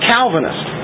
Calvinist